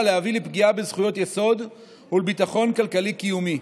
להביא לפגיעה בזכויות יסוד ולביטחון כלכלי קיומי.